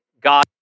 God